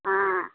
हाँ